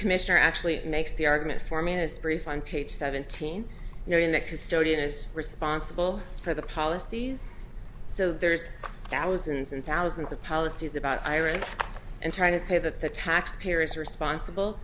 commissioner actually makes the argument for me as brief on page seventeen knowing that custodian is responsible for the policies so there's thousands and thousands of policies about iras and trying to say that the taxpayer is responsible